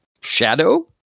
shadow